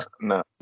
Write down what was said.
no